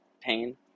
pain